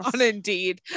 Indeed